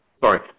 Sorry